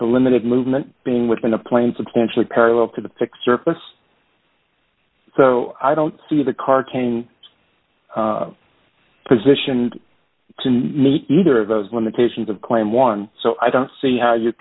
the limited movement being within a plane substantially parallel to the pic surface so i don't see the cartoon position either of those limitations of claim one so i don't see how you